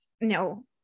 no